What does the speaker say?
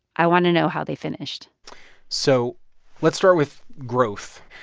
i want to know how they finished so let's start with growth.